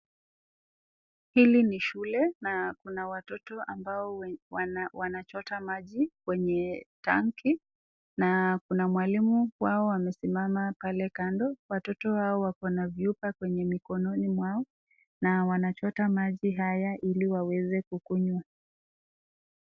Hili ni shule, na kuna watoto ambao wanachota maji kwenye tanki , na kuna mwalimu wao amesimama pale kando, watoto wale wako na vyupa mikononi mwao, na wanachota maji haya ili waweze kukunywa.